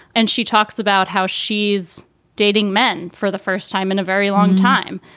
and she talks about how she's dating men for the first time in a very long time.